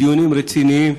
בדיונים רציניים,